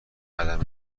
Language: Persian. قدم